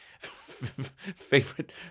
favorite